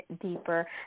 deeper